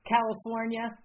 California